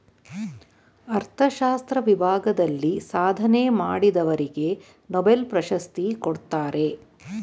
ಅರ್ಥಶಾಸ್ತ್ರ ವಿಭಾಗದಲ್ಲಿ ಸಾಧನೆ ಮಾಡಿದವರಿಗೆ ನೊಬೆಲ್ ಪ್ರಶಸ್ತಿ ಕೊಡ್ತಾರೆ